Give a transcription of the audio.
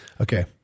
Okay